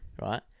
Right